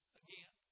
again